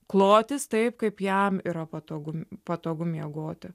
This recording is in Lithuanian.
klotis taip kaip jam yra patogu patogu miegoti